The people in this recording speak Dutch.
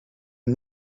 een